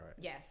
Yes